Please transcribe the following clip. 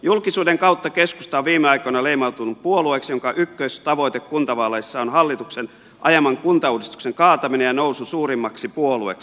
julkisuuden kautta keskusta on viime aikoina leimautunut puolueeksi jonka ykköstavoite kuntavaaleissa on hallituksen ajaman kuntauudistuksen kaataminen ja nousu suurimmaksi puolueeksi